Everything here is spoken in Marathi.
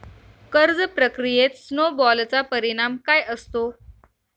कर्ज प्रक्रियेत स्नो बॉलचा परिणाम काय असतो?